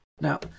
Now